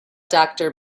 doctor